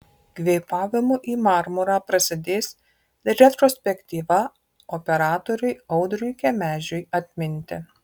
kvėpavimu į marmurą prasidės retrospektyva operatoriui audriui kemežiui atminti